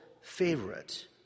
favorite